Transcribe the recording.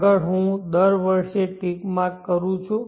આગળ હું દર વર્ષે ટીક માર્ક કરું છું